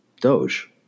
Doge